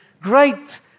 great